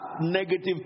negative